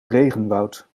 regenwoud